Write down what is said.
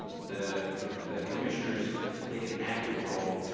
the the commissioners take an active role,